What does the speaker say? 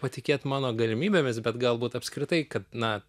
patikėt mano galimybėmis bet galbūt apskritai kad na